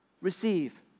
receive